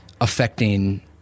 affecting